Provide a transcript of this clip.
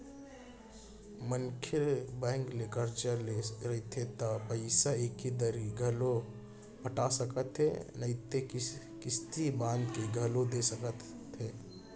मनसे बेंक ले करजा ले रहिथे त पइसा एके दरी घलौ पटा सकत हे नइते किस्ती बांध के घलोक दे सकथे